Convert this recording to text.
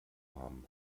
haben